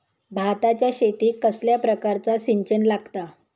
भाताच्या शेतीक कसल्या प्रकारचा सिंचन लागता?